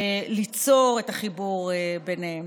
ליצור את החיבור ביניהם.